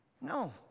No